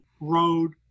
road